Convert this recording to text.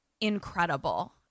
incredible